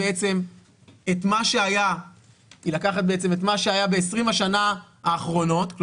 מה שהיה ב-20 השנה האחרונות בשוק ההון,